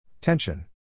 Tension